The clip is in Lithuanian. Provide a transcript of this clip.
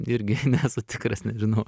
irgi nesu tikras nežinau